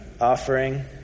offering